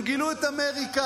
הם גילו את אמריקה.